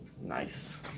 Nice